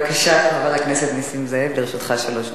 בבקשה, חבר הכנסת נסים זאב, לרשותך שלוש דקות.